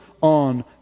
on